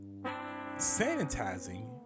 sanitizing